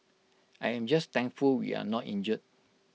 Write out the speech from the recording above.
I am just thankful we are not injured